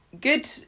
good